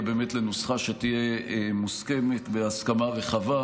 באמת לנוסחה שתהיה מוסכמת בהסכמה רחבה,